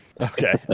okay